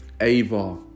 Ava